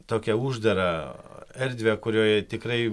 tokią uždarą erdvę kurioje tikrai